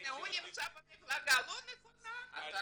הוא נמצא במפלגה הלא נכונה --- אני נמצא פה הרבה שנים,